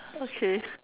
okay